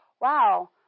Wow